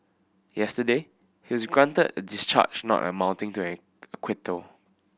yesterday he was granted a discharge not amounting to an acquittal